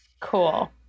Cool